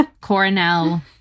coronel